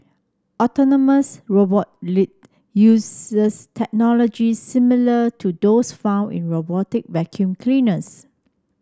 autonomous robot Lynx uses technology similar to those found in robotic vacuum cleaners